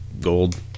gold